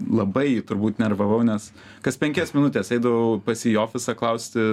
labai jį turbūt nerivavau nes kas penkias minutes eidavau pas jį į ofisą klausti